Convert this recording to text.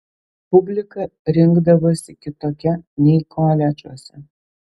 publika rinkdavosi kitokia nei koledžuose